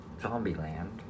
Zombieland